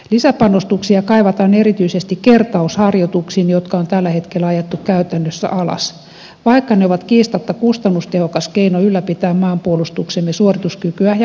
lisäpanostuksia kaivataan erityisesti kertausharjoituksiin jotka on tällä hetkellä ajettu käytännössä alas vaikka ne ovat kiistatta kustannustehokas keino ylläpitää maanpuolustuksemme suorituskykyä ja uskottavuutta